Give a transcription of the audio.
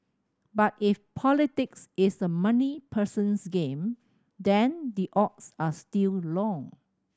but if politics is a money person's game then the odds are still long